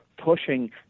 pushing